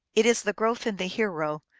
it is the growth in the hero,